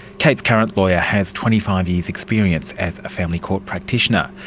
kate's current lawyer has twenty five years experience as a family court practitioner.